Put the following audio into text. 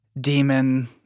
demon